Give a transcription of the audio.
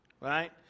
Right